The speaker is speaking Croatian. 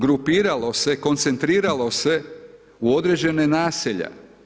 Grupiralo se, koncentriralo se u određena naselja.